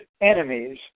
enemies